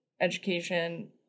education